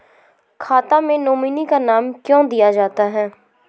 खाता मे नोमिनी का नाम क्यो दिया जाता हैं?